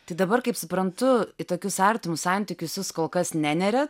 tai dabar kaip suprantu į tokius artimus santykius jūs kol kas neneriat